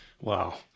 wow